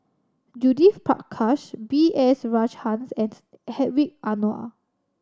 Judith Prakash B S Rajhans and Hedwig Anuar